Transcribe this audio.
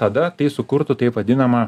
tada tai sukurtų taip vadinamą